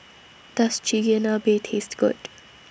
Does Chigenabe Taste Good